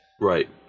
Right